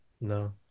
No